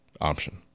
option